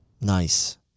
nice